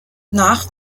nach